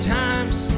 times